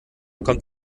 kommt